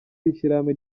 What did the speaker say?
w’ishyirahamwe